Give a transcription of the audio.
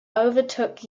overtook